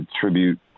tribute